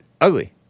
ugly